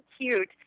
cute